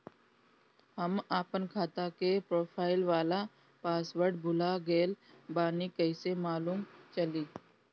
हम आपन खाता के प्रोफाइल वाला पासवर्ड भुला गेल बानी कइसे मालूम चली?